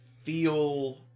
feel